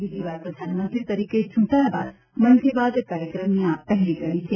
બીજીવાર પ્રધાનમંત્રી તરીકે ચુંટાયા બાદ મન કી બાત કાર્યક્રમની આ પહેલી કડી છે